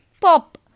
pop